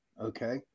okay